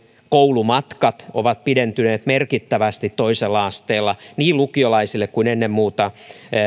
koulumatkat ovat pidentyneet merkittävästi toisella asteella niin lukiolaisille kuin ennen muuta